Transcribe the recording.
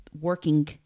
working